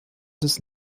des